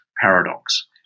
paradox